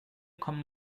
kommen